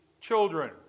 children